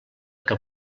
que